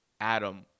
Adam